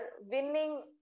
winning